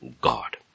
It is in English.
God